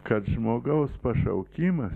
kad žmogaus pašaukimas